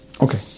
Okay